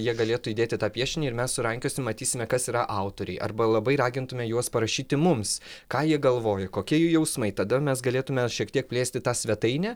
jie galėtų įdėti tą piešinį ir mes surankiosim matysime kas yra autoriai arba labai ragintume juos parašyti mums ką jie galvoja kokie jų jausmai tada mes galėtume šiek tiek plėsti tą svetainę